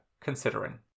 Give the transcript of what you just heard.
considering